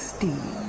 Steve